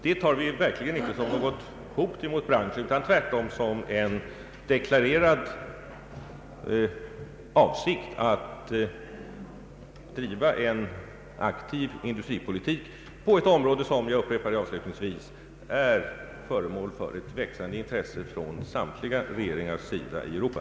Det tar vi verkligen inte som något hot mot branschen utan tvärtom som en deklarerad avsikt att driva en aktiv industripolitik på ett område som — jag upprepar det avslutningsvis — är föremål för ett växande intresse från samtliga regeringar i Europa.